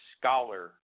scholar